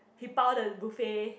he bao the buffet